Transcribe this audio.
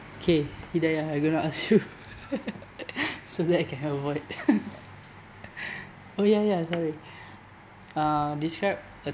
okay hidaya I going to ask you so that I can avoid oh ya ya sorry uh describe a